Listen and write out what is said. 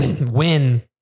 win